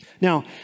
Now